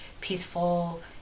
peaceful